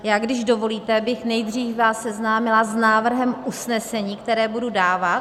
Já, když dovolíte, bych nejdřív vás seznámila s návrhem usnesení, které budu dávat